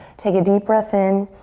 take a deep breath in